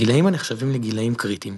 גילאים הנחשבים ל'גילאים קריטיים'